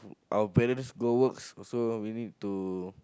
our parents go works also we need to